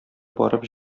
барып